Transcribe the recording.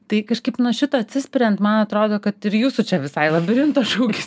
tai kažkaip nuo šito atsispiriant man atrodo kad ir jūsų čia visai labirinto šūkis